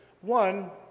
One